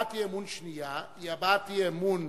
והבעת אי-אמון שנייה, היא הבעת אי-אמון